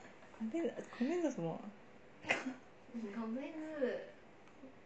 complain complain 叫什么